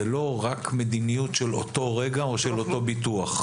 זה לא רק מדיניות של אותו רגע או של אותו ביטוח.